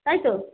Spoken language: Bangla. তাই তো